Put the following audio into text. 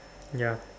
ya